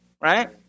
Right